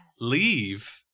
leave